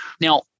Now